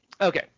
Okay